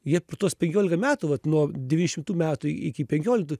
jie tuos penkiolika metų vat nuo devyni šimtų metų iki penkioliktų